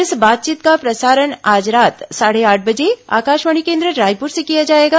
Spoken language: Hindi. इस बातचीत का प्रसारण आज रात साढ़े आठ बजे आकाशवाणी केन्द्र रायपुर से किया जाएगा